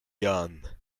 jahren